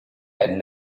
had